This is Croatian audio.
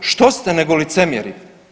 Što ste nego licemjeri?